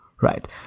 right